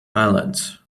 islands